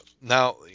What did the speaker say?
now